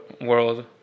world